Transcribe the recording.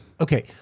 Okay